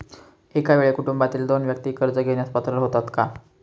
एका वेळी कुटुंबातील दोन व्यक्ती कर्ज घेण्यास पात्र होतात का?